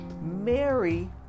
Mary